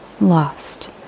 lost